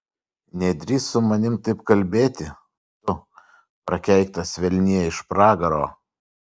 nedrįsk su manimi taip kalbėti tu prakeiktas velnie iš pragaro